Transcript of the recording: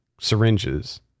syringes